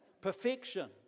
perfection